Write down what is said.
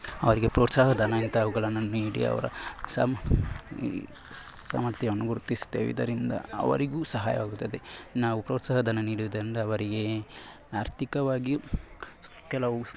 ಅವರಿಗೆ ಪ್ರೋತ್ಸಾಹ ಧನ ಅಂತ ಅವುಗಳನ್ನು ನೀಡಿ ಅವರ ಸಾಮ್ ಸಾಮರ್ಥ್ಯವನ್ನು ಗುರುತಿಸ್ತೇವೆ ಇದರಿಂದ ಅವರಿಗೂ ಸಹಾಯವಾಗುತ್ತದೆ ನಾವು ಪ್ರೋತ್ಸಾಹ ಧನ ನೀಡುವುದರಿಂದ ಅವರಿಗೆ ಆರ್ಥಿಕವಾಗಿಯೂ ಕೆಲವು